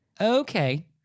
Okay